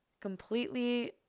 completely